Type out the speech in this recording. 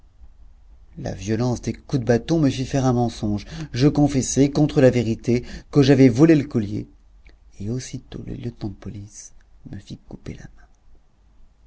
la violence des coups de bâton me fit faire un mensonge je confessai contre la vérité que j'avais volé le collier et aussitôt le lieutenant de police me fit couper la main